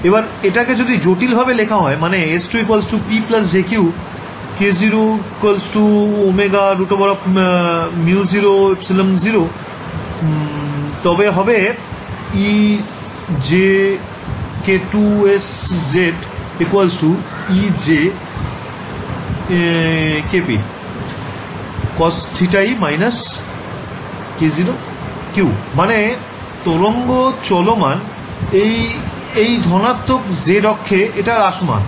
এবার এটাকে যদি জটিল্ভাবে লেখা হয় মানে s2 p jq k0 ω√μ0ε0 তবে হবে ejk2z z ejk0p cos θe−k0q মানে তরঙ্গ চলমান এই ধনাত্মক z অক্ষে এটা হ্রাসমান